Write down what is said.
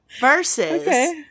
Versus